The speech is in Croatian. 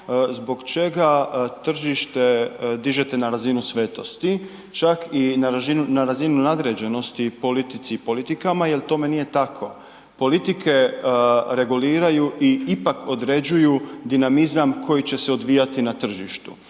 zbog čega tržište dižete na razinu svetosti, čak i na razinu nadređenosti politici i politikama jer tome nije tako. Politike reguliraju i ipak određuju dinamizam koji će se odvijati na tržištu.